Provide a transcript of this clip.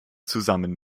zusammen